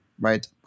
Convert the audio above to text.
right